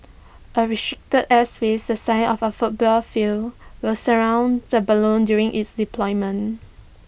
A airspace the size of A football field will surround the balloon during its deployment